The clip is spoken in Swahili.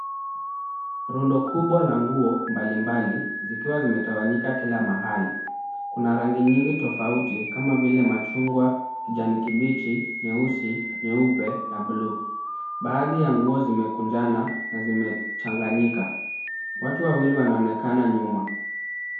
Rundo kubwa la nguo mbali mbali, zikiwa zimetawanyika kila mahali. Kuna rangi nyingi tofauti kama vile machungwa, kijani kibichi, nyeusi, nyeupe na buluu. Baadhi ya nguo zimekunjana na zimechanganyika. Watu wawili wanaonekana nyuma.